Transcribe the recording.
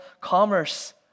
commerce